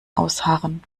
ausharren